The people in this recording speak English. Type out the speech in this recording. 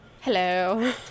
hello